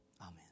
Amen